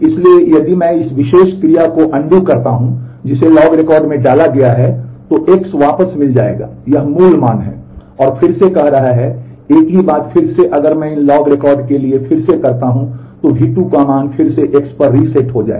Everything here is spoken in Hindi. इसलिए यदि मैं इस विशेष क्रिया को अनडू करता हूं जिसे लॉग रिकॉर्ड में डाला गया है तो X वापस मिल जाएगा यह मूल मान है और फिर से कर रहा है एक ही बात फिर से अगर मैं इस लॉग रिकॉर्ड के लिए फिर से करता हूं तो V2 का मान फिर से X पर रीसेट हो जाएगा